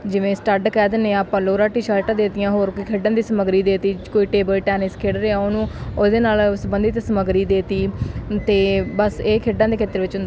ਜਿਵੇਂ ਸਟੱਡ ਕਹਿ ਦਿੰਦੇ ਆ ਆਪਾਂ ਲੋਅਰਾਂ ਟੀ ਸ਼ਰਟ ਦੇ ਤੀਆਂ ਹੋਰ ਕੋਈ ਖੇਡਣ ਦੀ ਸਮੱਗਰੀ ਦੇ ਤੀ ਕੋਈ ਟੇਬਲ ਟੈਨਿਸ ਖੇਡ ਰਿਹਾ ਉਹਨੂੰ ਉਹਦੇ ਨਾਲ ਸੰਬੰਧਿਤ ਸਮੱਗਰੀ ਦੇ ਤੀ ਅਤੇ ਬਸ ਇਹ ਖੇਡਾਂ ਦੇ ਖੇਤਰ ਵਿੱਚ